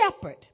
shepherd